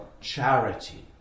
charity